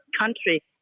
country